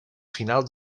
final